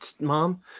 mom